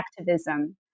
activism